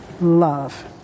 love